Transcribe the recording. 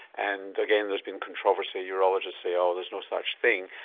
and again there's been controversy urologists say, oh, there's no such thing'.